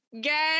Get